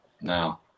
now